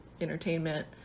entertainment